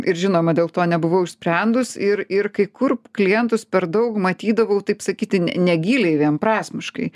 ir žinoma dėl to nebuvau išsprendus ir ir kai kur klientus per daug matydavau taip sakyti ne negiliai vienprasmiškai